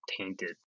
tainted